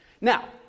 Now